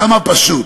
כמה פשוט.